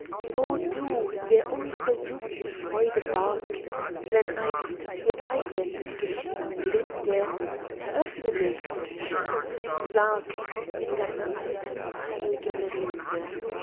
o du der unsre jugendfreude barg wenn einst wir beide hingeschieden linde eröffne dich und schenk uns einen sarg in deiner alten heil'gen rinde